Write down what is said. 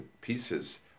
pieces